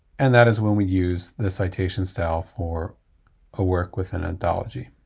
and that is when we use the citation style for a work within an anthology.